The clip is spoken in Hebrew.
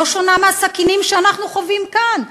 לא שונה מהסכינים שאנחנו חווים כאן,